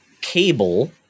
cable